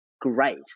great